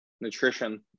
nutrition